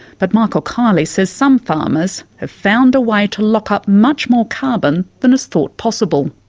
but michael kiely says some farmers have found a way to lock up much more carbon than is thought possible.